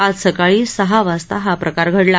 आज सकाळी सहा वाजता हा प्रकार घडला